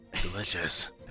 delicious